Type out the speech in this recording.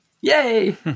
Yay